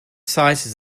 sizes